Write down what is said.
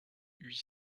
huit